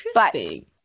Interesting